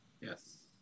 Yes